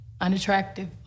unattractive